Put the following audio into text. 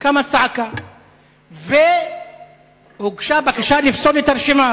קמה צעקה והוגשה בקשה לפסול את הרשימה,